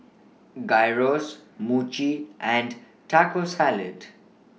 Gyros Mochi and Taco Salad